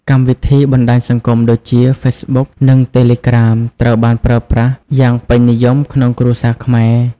កម្មវិធីបណ្ដាញសង្គមដូចជា Facebook និង Telegram ត្រូវបានប្រើប្រាស់យ៉ាងពេញនិយមក្នុងគ្រួសារខ្មែរ។